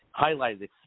highlighted